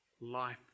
life